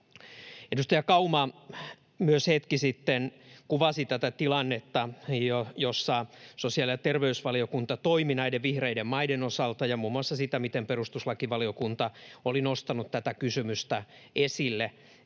edustaja Kauma hetki sitten kuvasi tätä tilannetta, jossa sosiaali- ja terveysvaliokunta toimi näiden vihreiden maiden osalta, ja muun muassa sitä, miten perustuslakivaliokunta oli nostanut tätä kysymystä esille.